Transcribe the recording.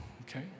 Okay